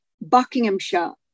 Buckinghamshire